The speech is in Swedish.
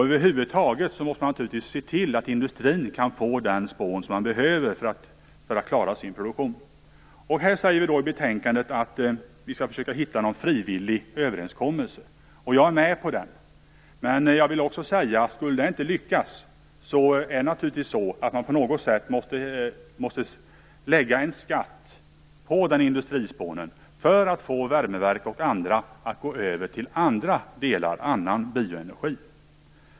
Över huvud taget måste man naturligtvis se till att industrin kan få det spån den behöver för att klara sin produktion. I betänkandet står det att man skall försöka hitta någon frivillig överenskommelse. Det är jag med på. Men om detta inte lyckas måste man naturligtvis på något sätt lägga en skatt på industrispån för att få värmeverk och andra att gå över till annan bioenergi.